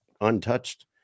untouched